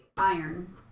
Iron